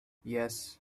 yes